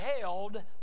held